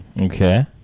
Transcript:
Okay